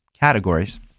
categories